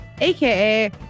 aka